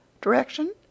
direction